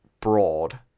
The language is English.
broad